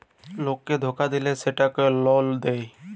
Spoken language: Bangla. লককে ধকা দিল্যে বল্যে সেটকে লল দেঁয়